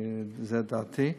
זאת דעתי,